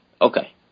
Okay